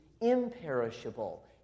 imperishable